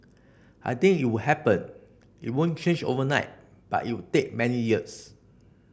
I think it would happen it won't change overnight but it would take many years